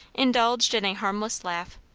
indulged in a harmless laugh.